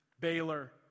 Baylor